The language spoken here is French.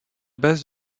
base